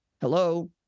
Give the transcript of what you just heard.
Hello